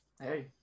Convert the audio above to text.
Hey